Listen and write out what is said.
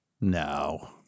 No